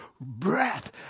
breath